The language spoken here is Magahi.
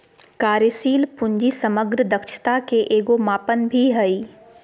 कार्यशील पूंजी समग्र दक्षता के एगो मापन भी हइ